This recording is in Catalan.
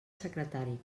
secretari